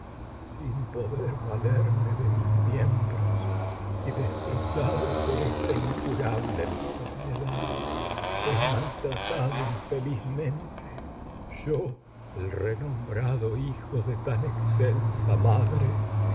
asi poder valer incurable renom me mis miembros y destrozado por esta enfermedad brado soy maltratado infelizmente yo el hijo de tan excelsa madre